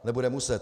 Nebude muset.